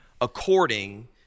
according